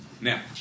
Now